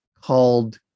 called